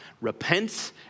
Repent